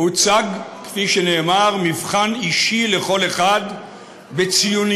הוצג מבחן אישי לכל אחד בציוניותו.